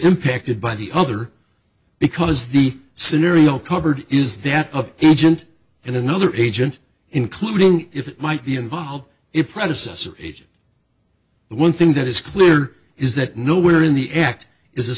impacted by the other because the scenario covered is that a agent and another agent including if it might be involved in predecessor age the one thing that is clear is that nowhere in the act is a